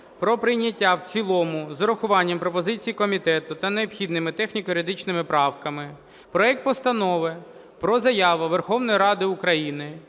про прийняття в цілому з урахуванням пропозицій комітету та необхідними техніко-юридичними правками проект Постанови про Заяву Верховної Ради України